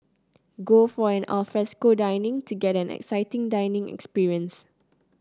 go for an alfresco dining to get an exciting dining experience